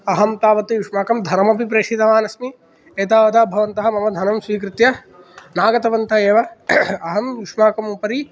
अहं तावत् युष्माकं धनमपि प्रेषितवान् अस्मि एतावता भवन्तः मम धनं स्वीकृत्य न आगतवन्तः एव अहं युष्माकम् उपरि